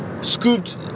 Scooped